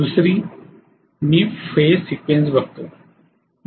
दुसरा मी phase sequence बघतो